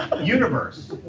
universe.